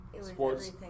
sports